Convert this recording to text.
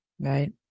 Right